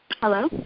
Hello